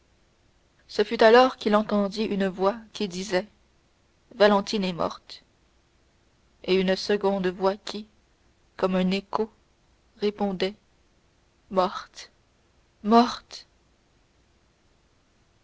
ce fut alors qu'il entendit une voix qui disait valentine est morte et une seconde voix qui comme un écho répondait morte morte